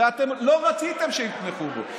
הרי אתם לא רציתם שיתמכו בו,